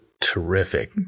terrific